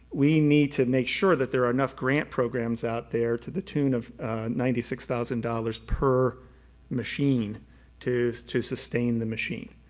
we need to make sure that there are enough grant programs out there to the tune of ninety six thousand dollars per machine to to sustain the machine.